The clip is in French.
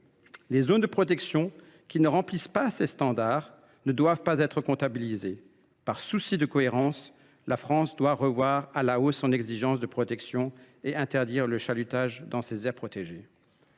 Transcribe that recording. Les zones de protection qui ne remplissent pas ces standards ne doivent pas être comptabilisées. Par souci de cohérence, la France doit revoir à la hausse son exigence de protection et interdire le chalutage dans ses aires protégées.